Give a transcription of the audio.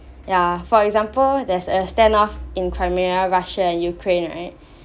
ya for example there's a standoff in crimea russia and ukraine right